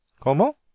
Comment